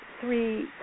three